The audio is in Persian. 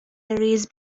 ریز